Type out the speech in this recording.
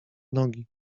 nogi